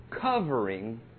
covering